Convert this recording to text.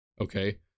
Okay